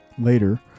later